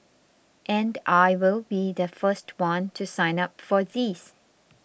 and I will be the first one to sign up for these